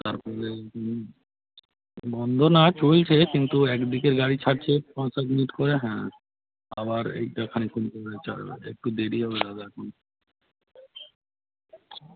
তারপরে বন্ধ না চলছে কিন্তু এক দিকের গাড়ি ছাড়ছে পাঁচ সাত মিনিট করে হ্যাঁ আবার এইটা খানিকক্ষণ পরে ছাড়বে একটু দেরি হবে দাদা এখন